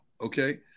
okay